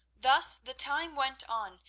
thus the time went on,